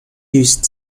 used